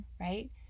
right